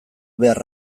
behar